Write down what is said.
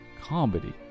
comedy